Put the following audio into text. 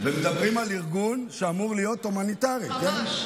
ומדברים על ארגון שאמור להיות הומניטרי, כן?